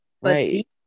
right